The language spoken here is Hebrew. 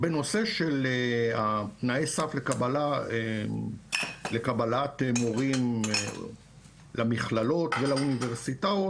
בנושא של תנאי סף לקבלת מורים למכללות ולאוניברסיטאות,